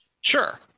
Sure